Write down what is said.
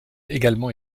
également